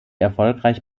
erfolgreich